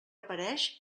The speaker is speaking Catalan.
apareix